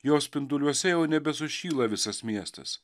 jos spinduliuose jau nebe sušyla visas miestas